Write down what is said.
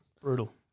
Brutal